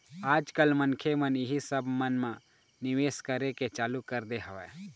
आज कल मनखे मन इही सब मन म निवेश करे के चालू कर दे हवय